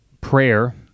prayer